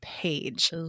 page